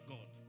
God